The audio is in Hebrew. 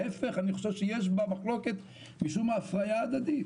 ההפך אני חושב שיש במחלוקת משום הפריה הדדית,